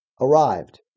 arrived